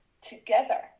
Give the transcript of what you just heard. together